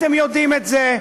אתם יודעים את זה,